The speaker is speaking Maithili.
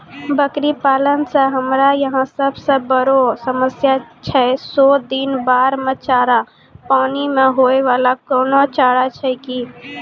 बकरी पालन मे हमरा यहाँ सब से बड़ो समस्या छै सौ दिन बाढ़ मे चारा, पानी मे होय वाला कोनो चारा छै कि?